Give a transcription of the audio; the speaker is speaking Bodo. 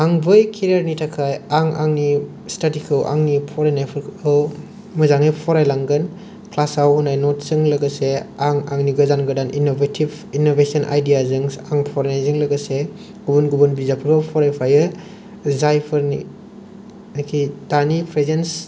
आं बै केरियारनि थाखाय आं आंनि स्टादिखौ आंनि फरायनायफोरखौ मोजाङै फरायलांगोन क्लासाव होनाय नट्सजों लोगोसे आं आंनि गोदान गोदान इनभेटिभ इनभेसन आइदियाजों आं फरायनायजों लोगोसे गुबुन गुबुन बिजाबफोरबो फरायफायो जायफोरनि नाखि दानि प्रेजेन्स